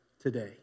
today